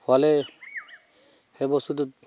খোৱালে সেই বস্তুটোত